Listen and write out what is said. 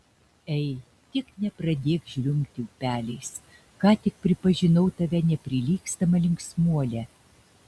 ei tik nepradėk žliumbti upeliais ką tik pripažinau tave neprilygstama linksmuole